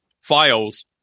files